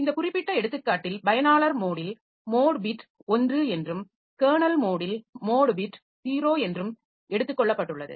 இந்த குறிப்பிட்ட எடுத்துக்காட்டில் பயனாளர் மோடில் மோட் பிட் 1 என்றும் கெர்னல் மோடில் மோட் பிட் 0 என்றும் எடுத்துக் கொள்ளப்பட்டுள்ளது